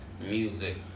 music